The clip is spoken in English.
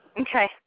Okay